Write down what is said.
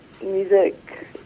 music